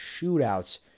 shootouts